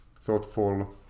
thoughtful